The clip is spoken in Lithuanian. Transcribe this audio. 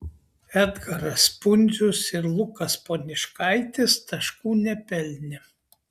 edgaras pundzius ir lukas poniškaitis taškų nepelnė